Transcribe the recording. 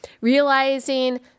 realizing